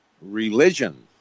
Religion